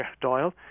Doyle